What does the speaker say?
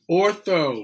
ortho